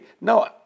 No